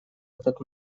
этот